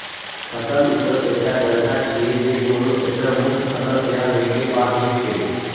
फसल उत्सव एकटा जलसा छियै, जे कोनो क्षेत्रक मुख्य फसल तैयार होय के बाद होइ छै